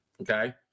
Okay